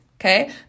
okay